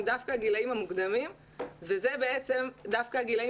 הם דווקא הגילים המוקדמים ואלה הגילים